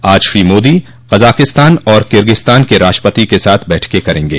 आज श्री मोदी कजाखिस्तान और किर्गिस्तान की राष्ट्रपति के साथ बैठकें करेंगे